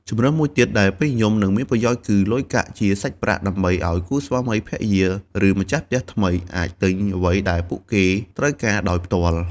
ជម្រើសមួយទៀតដែលពេញនិយម និងមានប្រយោជន៍គឺ លុយកាក់ជាសាច់ប្រាក់ ដើម្បីឱ្យគូស្វាមីភរិយា ឬម្ចាស់ផ្ទះថ្មីអាចទិញអ្វីដែលពួកគេត្រូវការដោយផ្ទាល់។